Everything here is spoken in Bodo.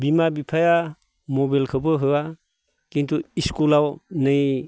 बिमा बिफाया मबाइलखौबो होआ किन्तु इस्कुलाव नै